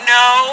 no